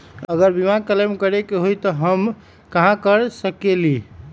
अगर बीमा क्लेम करे के होई त हम कहा कर सकेली?